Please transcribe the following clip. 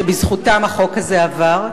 שבזכותם החוק הזה עבר.